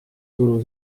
tulu